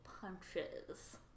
punches